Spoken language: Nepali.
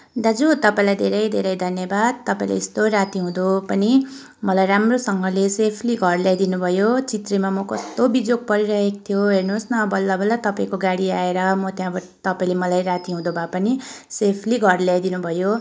दाजु तपाईँलाई धेरै धेरै धन्यवाद तपाईँले यस्तो रातीउँधो पनि मलाई राम्रोसँगले सेफली घर ल्याइदिनु भयो चित्रेमा म कस्तो बिजोग परिरहेको थियो हेर्नुहोस् न बल्लबल्ल तपाईँको गाडी आएर म त्यहाँबाट तपाईँले मलाई रातीउँधो भए पनि सेफली घर ल्याइदिनु भयो